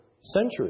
centuries